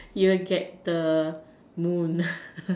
you will get the moon